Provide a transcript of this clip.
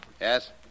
Yes